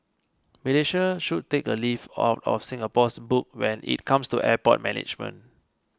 Malaysia should take a leaf out of Singapore's book when it comes to airport management